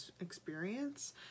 experience